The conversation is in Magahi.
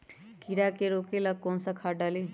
कीड़ा के रोक ला कौन सा खाद्य डाली?